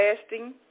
fasting